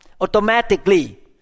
automatically